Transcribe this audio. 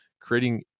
creating